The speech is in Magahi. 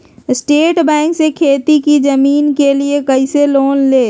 स्टेट बैंक से खेती की जमीन के लिए कैसे लोन ले?